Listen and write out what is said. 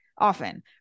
Often